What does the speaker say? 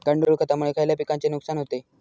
गांडूळ खतामुळे खयल्या पिकांचे नुकसान होते?